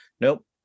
Nope